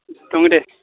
दङ दे